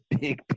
big